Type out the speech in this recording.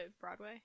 Broadway